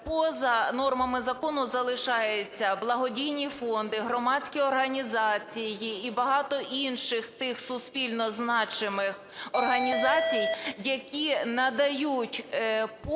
поза нормами закону залишаються благодійні фонди, громадські організації і багато інших тих суспільно значимих організацій, які надають послуги